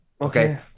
Okay